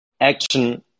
action